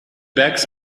bags